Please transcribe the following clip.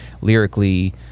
lyrically